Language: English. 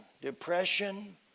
depression